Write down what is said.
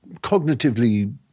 cognitively